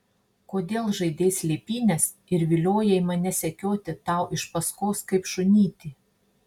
kodėl žaidei slėpynes ir viliojai mane sekioti tau iš paskos kaip šunytį